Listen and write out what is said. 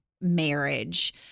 marriage